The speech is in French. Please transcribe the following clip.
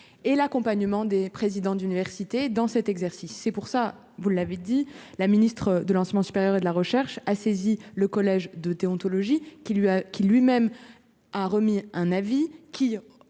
et l'accompagnement des présidents d'université dans cet exercice, c'est pour ça, vous l'avez dit la ministre de lancement supérieur et de la recherche a saisi le collège de déontologie qui lui a qui lui même a remis un avis